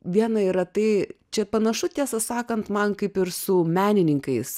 viena yra tai čia panašu tiesą sakant man kaip ir su menininkais